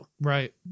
Right